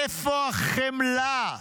איפה החמלה?